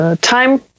time